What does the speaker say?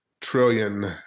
trillion